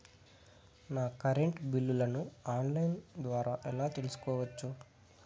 నా కరెంటు బిల్లులను online ద్వారా ఎలా తెలుసుకోవచ్చు?